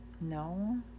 No